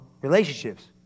Relationships